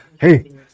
hey